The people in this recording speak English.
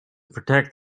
protect